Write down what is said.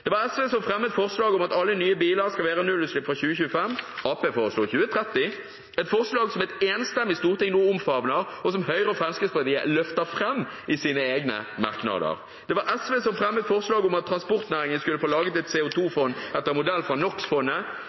Det var SV som fremmet forslag om at alle nye biler skal være nullutslippsbiler fra 2025 – Arbeiderpartiet foreslo 2030 – et forslag som et enstemmig storting nå omfavner, og som Høyre og Fremskrittspartiet løfter fram i sine egne merknader. Det var SV som fremmet forslag om at transportnæringen skulle få laget et CO 2 -fond etter modell fra